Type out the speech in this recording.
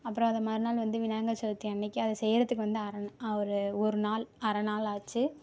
அப்றம் அதை மறுநாள் வந்து விநாயகர் சதுர்த்தி அன்னைக்கி அதை செய்கிறத்துக்கு வந்து ஒரு ஒருநாள் அரைநாள் ஆச்சு